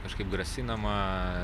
kažkaip grasinama